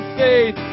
faith